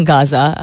Gaza